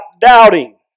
doubting